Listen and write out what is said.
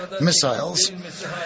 missiles